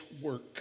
work